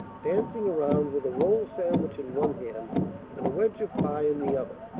dancing around with a roll sandwich in one hand and a wedge of pie in the other.